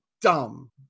dumb